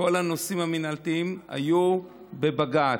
כל הנושאים המינהליים היו בבג"ץ,